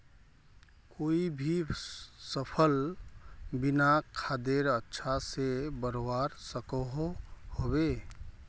कोई भी सफल बिना खादेर अच्छा से बढ़वार सकोहो होबे?